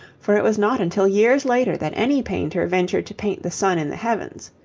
for it was not until years later that any painter ventured to paint the sun in the heavens.